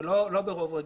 זה לא ברוב רגיל.